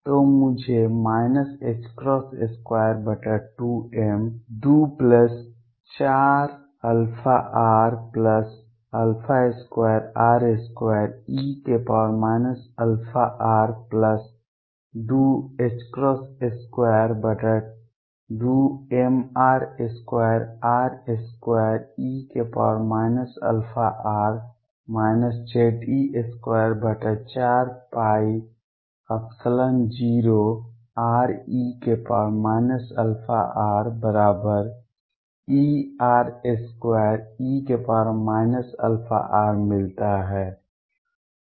तो मुझे 22m24αr2r2e αr222mr2r2e αr Ze24π0re αrEr2e αr मिलता है